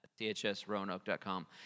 chsroanoke.com